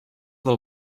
del